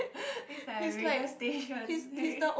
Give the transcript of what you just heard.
it's like a radio station